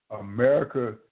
America